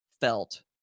felt